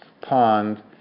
pond